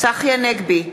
צחי הנגבי,